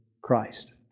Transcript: Christ